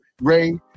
Ray